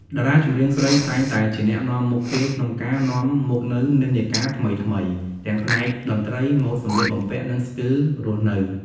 តារាចម្រៀងស្រីតែងតែជាអ្នកនាំមុខគេក្នុងការនាំមកនូវនិន្នាការថ្មីៗ ទាំងផ្នែកតន្ត្រី ម៉ូដសម្លៀកបំពាក់ និងស្ទីលរស់នៅ។